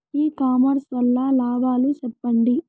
ఇ commerce వల్ల లాభాలు సెప్పండి?